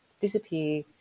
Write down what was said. disappear